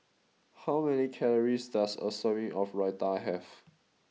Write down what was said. how many calories does a serving of Raita have